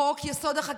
חוק-יסוד: